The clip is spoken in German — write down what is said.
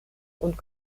und